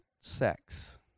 sex